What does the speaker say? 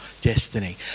destiny